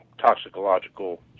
toxicological